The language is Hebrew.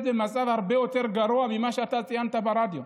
במצב הרבה יותר גרוע ממה שאתה ציינת ברדיו.